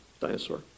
dinosaur